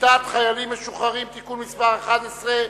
קליטת חיילים משוחררים (תיקון מס' 11),